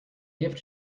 gift